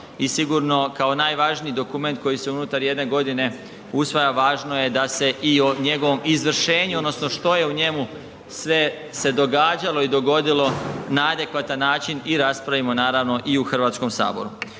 i sigurno kao najvažniji dokument koji se unutar jedne godine usvaja važno je da se i o njegovom izvršenju odnosno što je u njemu sve se događalo i dogodilo na adekvatan način i raspravimo naravno i u Hrvatskom saboru